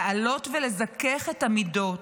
לעלות ולזכך את המידות,